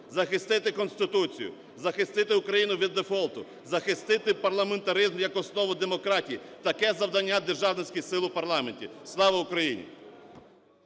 Захистити Конституцію, захистити Україну від дефолту, захистити парламентаризм як основу демократії – таке завдання державницьких сил у парламенті. Слава Україні!